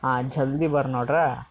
ಹಾಂ ಜಲ್ದಿ ಬರ್ ನೋಡ್ರಾ